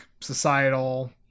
societal